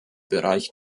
bereich